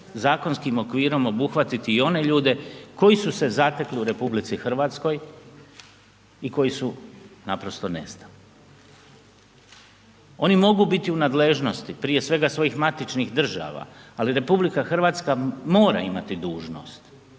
zakonskim okvirom obuhvatiti i one ljude koji su se zatekli u RH i koji su naprosto nestali. Oni mogu biti u nadležnosti prije svega svojih matičnih država ali RH mora imati dužnost